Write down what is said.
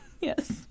Yes